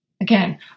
Again